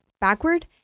backward